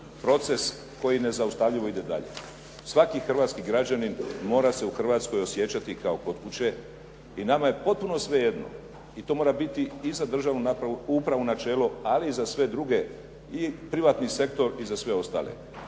proces koji nezaustavljivo ide dalje. Svaki hrvatski građanin mora se u Hrvatskoj osjećati kao kod kuće. I nama je potpuno svejedno i to mora biti i za državnu upravu načelo, ali i za sve druge i privatni sektor i za sve ostale